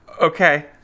Okay